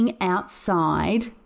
outside